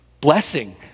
blessing